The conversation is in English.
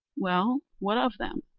well, what of them?